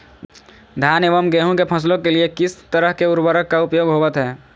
धान एवं गेहूं के फसलों के लिए किस किस तरह के उर्वरक का उपयोग होवत है?